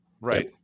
Right